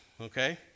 okay